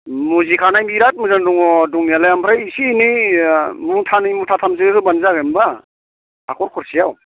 मुजिखानाय बिराद मोजां दङ दंनायालाय ओमफ्राय एसे एनै ओ मुथानै मुथाथामसो होबानो जागोन होनबा हाखर खरसेयाव